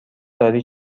داری